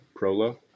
Prolo